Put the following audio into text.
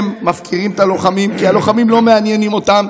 הם מפקירים את הלוחמים כי הלוחמים לא מעניינים אותם,